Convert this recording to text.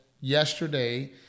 yesterday